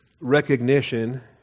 recognition